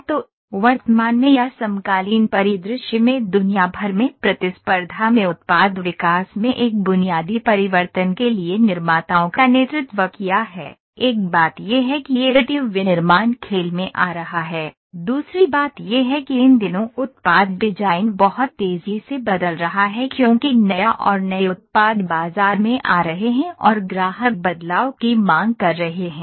तो वर्तमान में या समकालीन परिदृश्य में दुनिया भर में प्रतिस्पर्धा में उत्पाद विकास में एक बुनियादी परिवर्तन के लिए निर्माताओं का नेतृत्व किया है एक बात यह है कि एडिटिव विनिर्माण खेल में आ रहा है दूसरी बात यह है कि इन दिनों उत्पाद डिजाइन बहुत तेजी से बदल रहा है क्योंकि नया और नए उत्पाद बाजार में आ रहे हैं और ग्राहक बदलाव की मांग कर रहे हैं